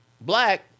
black